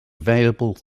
available